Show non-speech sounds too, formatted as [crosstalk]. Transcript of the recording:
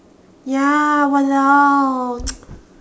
ya !walao! [noise]